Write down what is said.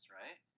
right